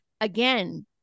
again